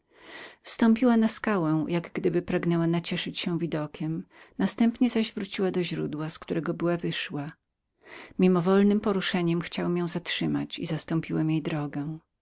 wstąpiła na skałę jak gdyby pragnęła nacieszyć się widokiem następnie wróciła do źródła z którego była wyszła mimowolnem poruszeniem chciałem ją zatrzymać i zastąpiłem jej drogę